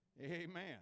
amen